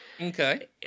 Okay